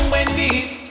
Wendy's